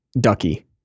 Ducky